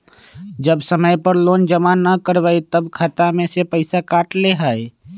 जब समय पर लोन जमा न करवई तब खाता में से पईसा काट लेहई?